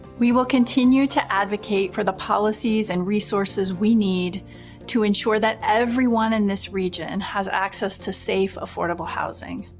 we will continue to advocate for the policies and resources we need to ensure that everyone in this region and has access to safe, affordable housing.